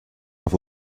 auf